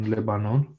Lebanon